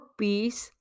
peace